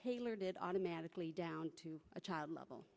tailored it automatically down to a child level